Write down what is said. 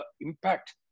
impact